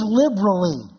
liberally